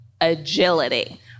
agility